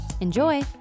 Enjoy